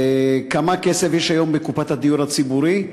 1. כמה כסף יש היום בקופת הדיור הציבורי,